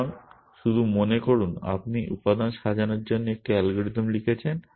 সুতরাং শুধু মনে করুন আপনি উপাদান সাজানোর জন্য একটি অ্যালগরিদম লিখেছেন